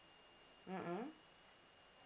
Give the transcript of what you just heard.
mm mm